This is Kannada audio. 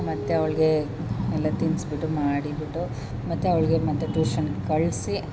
ಮತ್ತು ಅವ್ಳಿಗೆ ಎಲ್ಲ ತಿನ್ನಿಸ್ಬಿಟ್ಟು ಮಾಡಿಬಿಟ್ಟು ಮತ್ತು ಅವ್ಳಿಗೆ ಮತ್ತು ಟ್ಯೂಷನ್ನಿಗೆ ಕಳಿಸಿ